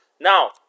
Now